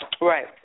Right